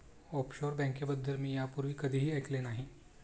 offshore बँकेबद्दल मी यापूर्वी कधीही ऐकले नाही